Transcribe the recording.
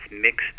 mixed